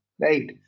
right